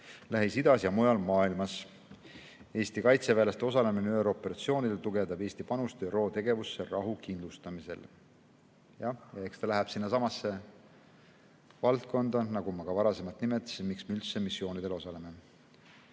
Lähis-Idas ja mujal maailmas. Eesti kaitseväelaste osalemine ÜRO operatsioonidel tugevdab Eesti panust ÜRO tegevusse rahu kindlustamisel. Jah, eks ta läheb sinnasamasse valdkonda, nagu ma ka varem ütlesin, miks me üldse missioonidel osaleme.